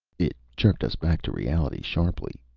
it jerked us back to reality sharply.